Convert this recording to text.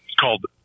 called